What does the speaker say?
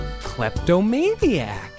kleptomaniac